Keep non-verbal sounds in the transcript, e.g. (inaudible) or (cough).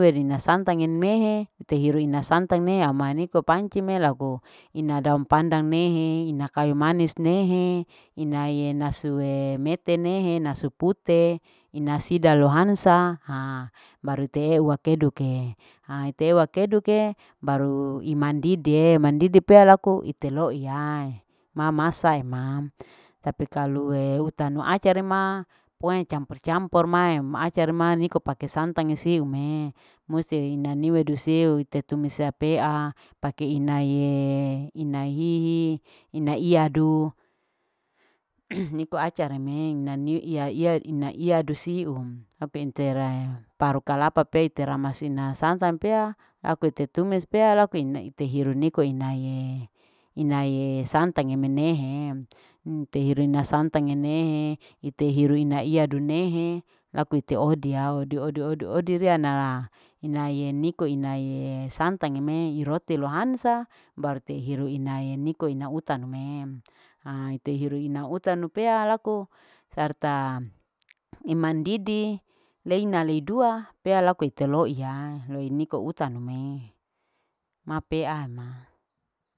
Werina santange yenmehe yiru ina santange maniko panci laku ina daun panda nehe. ina kayu manis nehe inae nasu mete nehe nasu pute ina sida lohansa haa baru ite eua keduke haa ite ua keduke baru imandidie mandidi pea laku ite loiyaa mamasa emam tapi kalu utanu acere ma kue campur. campur ma acere ma niko pake santange misiu me musi ina niwe dusiu ite tumis napea pake inayee ina hihi. ina iyadu (hesitation) niko acara me ina ni iya. ina iya dusiu tapi interai paru kalapa pei ite ramas ina santange pea laku ite tumis pea laku ina ite hiruniko ina. inae santange mehe mute hiru ina santage nehe ite iru ina iyadu nehe laku ite odiau odi. odi. odi, ria nala inaye niko. inae santange me iroti lohansa baru te ihiru inae niko ina utanu me haa tehiru ina itanu pea aku sarta imandidi leina llei dua pea laku ite loiya loi niko utane ma peana.